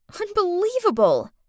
Unbelievable